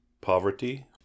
poverty